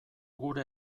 gure